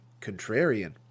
contrarian